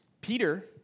Peter